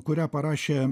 kurią parašė